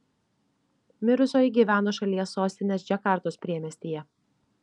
mirusioji gyveno šalies sostinės džakartos priemiestyje